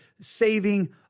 saving